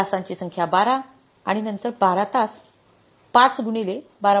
तासांची संख्या 12 आणि नंतर 12 तास 5 गुणिले 12